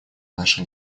наших